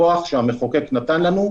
כוח שהמחוקק נתן לנו.